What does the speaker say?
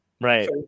Right